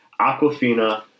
Aquafina